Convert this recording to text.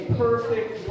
perfect